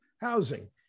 housing